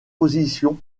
positions